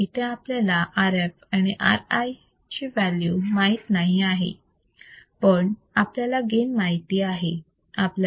तर इथे आपल्याला Rf and Ri ची व्हॅल्यू माहित नाही आहे पण आपल्याला गेन माहिती आहे